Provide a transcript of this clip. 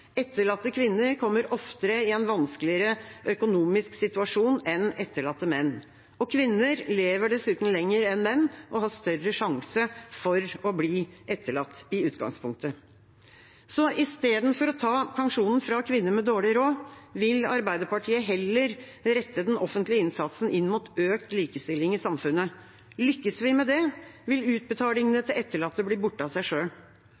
Etterlatte kvinner kommer oftere i en vanskeligere økonomisk situasjon enn etterlatte menn. Kvinner lever dessuten lenger enn menn og har større sjanse for å bli etterlatt i utgangspunktet. Istedenfor å ta pensjonen fra kvinner med dårlig råd vil Arbeiderpartiet heller rette den offentlige innsatsen inn mot økt likestilling i samfunnet. Lykkes vi med det, vil utbetalingene til etterlatte bli borte av seg